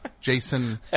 Jason